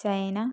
China